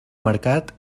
mercat